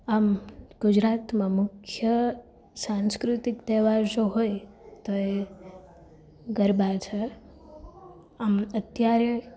આમ ગુજરાતમાં મુખ્ય સાંસ્કૃતિક તહેવાર જો હોય તો એ ગરબા છે આમ અત્યારે